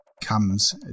comes